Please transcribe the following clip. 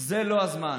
זה לא הזמן.